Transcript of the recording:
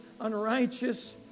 unrighteous